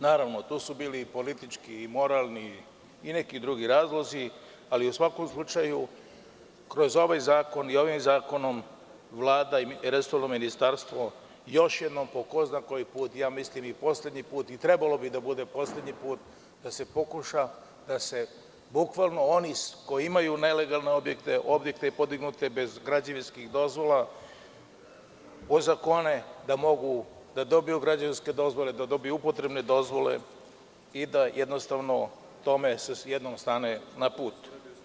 Naravno, to su bili politički i moralni i neki drugi razlozi ali u svakom slučaju kroz ovaj zakon Vlada i resorno ministarstvo još jednom, po ko zna koji put, a mislim da je poslednji put da se pokuša da se bukvalno oni koji imaju nelegalne objekte, objekte podignute bez građevinskih dozvola ozakone i da mogu da dobiju građevinske dozvole, upotrebne dozvole i da se tome već jednom stane na put.